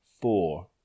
Four